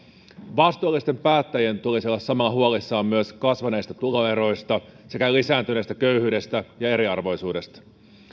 vastuullisten päättäjien tulisi olla samalla huolissaan myös kasvaneista tuloeroista sekä lisääntyneestä köyhyydestä ja eriarvoisuudesta